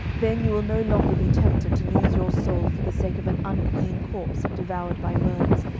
then you will no longer be tempted to lose your soul for the sake of an unclean corpse devoured by worms,